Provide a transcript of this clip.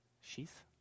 sheath